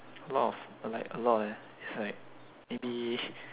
a lot of like a lot leh is like maybe